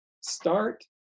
start